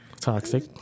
toxic